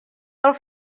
pel